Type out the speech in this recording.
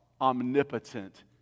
omnipotent